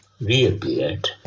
reappeared